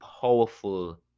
powerful